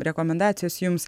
rekomendacijos jums